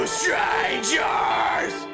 strangers